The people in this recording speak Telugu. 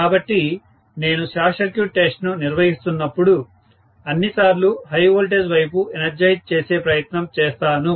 కాబట్టి నేను షార్ట్ సర్క్యూట్ టెస్ట్ ను నిర్వహిస్తున్నప్పుడు అన్నిసార్లు హై వోల్టేజ్ వైపు ఎనర్జైజ్ చేసే ప్రయత్నం చేస్తాను